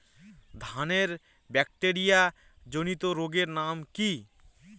ধানের ব্যাকটেরিয়া জনিত রোগের নাম কি?